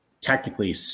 technically